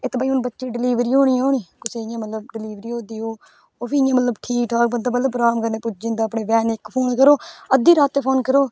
इत्त भाई हून बच्चे दी डलीबरी होनी होए निं कुसै गी मतलब डलीबरी होई दी हो ओह् बी इ'यां मतलब ठीक ठाक बंदा मतलब अराम कन्नै पुज्जी जंदा अपनी वैन इक फोन करो अद्धी रातीं फोन करो